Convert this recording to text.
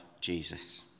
Jesus